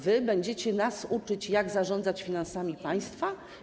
Wy będziecie nas uczyć, jak zarządzać finansami państwa?